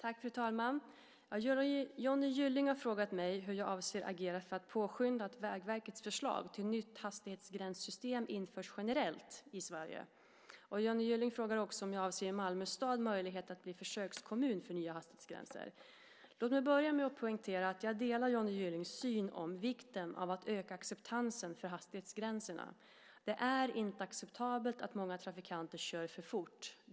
Fru talman! Johnny Gylling har frågat mig hur jag avser att agera för att påskynda att Vägverkets förslag till nytt hastighetsgränssystem införs generellt i Sverige. Johnny Gylling frågar också om jag avser att ge Malmö stad möjlighet att bli försökskommun för nya hastighetsgränser. Låt mig börja med att poängtera att jag delar Johnny Gyllings syn på vikten av att öka acceptansen för hastighetsgränserna. Det är inte acceptabelt att många trafikanter kör för fort.